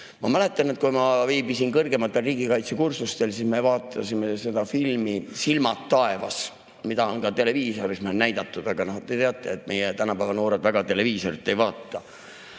Ma mäletan, et kui ma viibisin kõrgematel riigikaitsekursustel, siis me vaatasime filmi "Silmad taevas", mida ka televiisoris on näidatud, aga te teate, et meie tänapäeva noored väga televiisorit ei vaata.